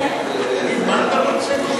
50 דקות.